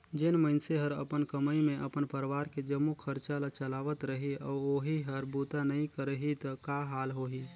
जेन मइनसे हर अपन कमई मे अपन परवार के जम्मो खरचा ल चलावत रही अउ ओही हर बूता नइ करही त का हाल होही